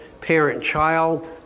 parent-child